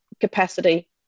capacity